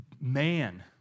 man